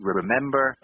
remember